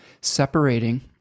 separating